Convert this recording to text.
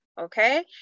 okay